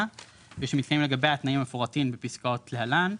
ושמתקיימים לגביה התנאים המפורטים בפסקאות להלן,